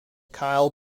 kyle